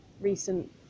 recent